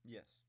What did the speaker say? Yes